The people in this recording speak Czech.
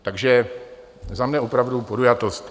Takže za mně opravdu podjatost.